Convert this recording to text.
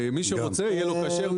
מי שרוצה, יהיה לו כשר.